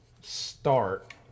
start